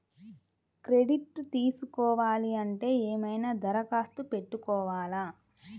Credit తీసుకోవాలి అంటే ఏమైనా దరఖాస్తు పెట్టుకోవాలా?